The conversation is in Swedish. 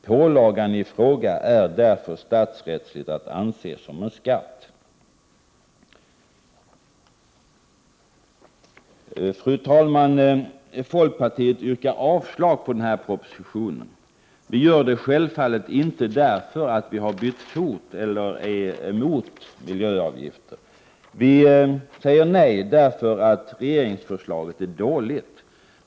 Pålagan i fråga är därför statsrättsligt att anse som en skatt.” Fru talman! Folkpartiet yrkar avslag på den här propositionen. Vi gör det självfallet inte därför att vi skulle ha bytt fot eller är emot miljöavgifter. Vi säger nej därför att regeringsförslaget är dåligt.